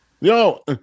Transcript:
Yo